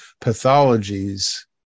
pathologies